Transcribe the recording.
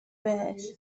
بهش